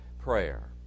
prayer